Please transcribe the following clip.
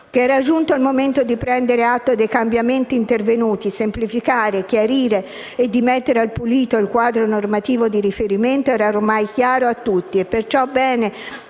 Che fosse giunto il momento di prendere atto dei cambiamenti intervenuti, semplificare, chiarire e di mettere al pulito il quadro normativo di riferimento era ormai chiaro a tutti e perciò bene